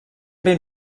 ben